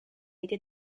été